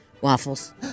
Waffles